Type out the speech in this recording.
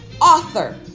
author